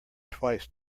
twice